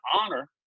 honor